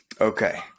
Okay